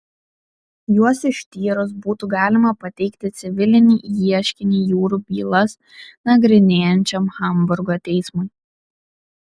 juos ištyrus būtų galima pateikti civilinį ieškinį jūrų bylas nagrinėjančiam hamburgo teismui